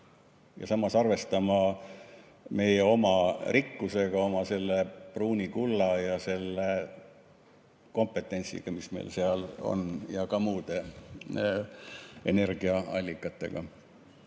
ja samas arvestama meie oma rikkusega, oma selle pruuni kulla ja selle kompetentsiga, mis meil on, ja ka muude energiaallikatega.